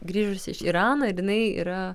grįžusi iš irano ir jinai yra